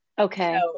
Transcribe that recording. Okay